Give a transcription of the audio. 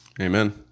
Amen